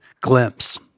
glimpse